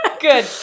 good